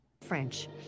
French